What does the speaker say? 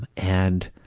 and